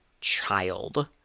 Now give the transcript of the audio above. child